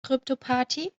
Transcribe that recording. kryptoparty